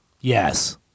Yes